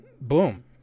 boom